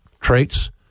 traits